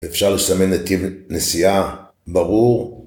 אפשר לסמן נתיב נסיעה, ברור.